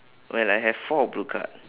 well I have four blue card